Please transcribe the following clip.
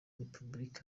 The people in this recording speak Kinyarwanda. repubulika